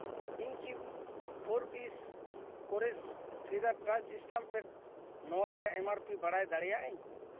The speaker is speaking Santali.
ᱤᱧ ᱠᱤ ᱯᱷᱳᱨ ᱯᱤᱥ ᱠᱚᱨᱮᱥ ᱯᱷᱮᱫᱟᱨ ᱴᱟᱪ ᱥᱴᱟᱢᱯᱮᱰ ᱱᱚᱣᱟ ᱨᱮᱭᱟᱜ ᱮᱢᱟᱨᱯᱤ ᱵᱟᱰᱟᱭ ᱫᱟᱲᱮᱭᱟᱜ ᱟᱹᱧ